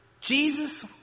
Jesus